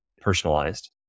personalized